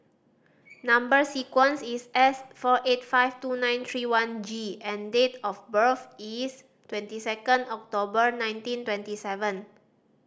number sequence is S four eight five two nine three one G and date of birth is twenty second October nineteen twenty seven